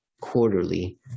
quarterly